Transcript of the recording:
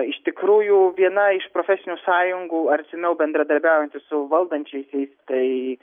iš tikrųjų viena iš profesinių sąjungų artimiau bendradarbiaujanti su valdančiaisiais tai